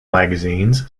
magazines